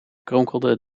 kronkelde